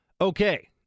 Okay